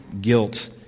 guilt